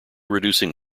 reducing